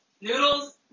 Noodles